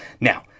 Now